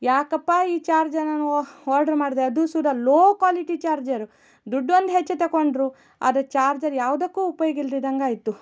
ಯಾಕಪ್ಪ ಈ ಚಾರ್ಜರ್ ನಾನು ಓರ್ಡ್ರ್ ಮಾಡಿದೆ ಅದು ಸುದ ಲೋ ಕ್ವಾಲಿಟಿ ಚಾರ್ಜರು ದುಡ್ಡು ಒಂದು ಹೆಚ್ಚಿಗೆ ತಕೊಂಡರು ಆದರೆ ಚಾರ್ಜರ್ ಯಾವುದಕ್ಕೂ ಉಪಯೋಗ ಇಲ್ದಿದಾಂಗೆ ಆಯಿತು